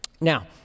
Now